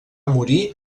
morir